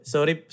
Sorry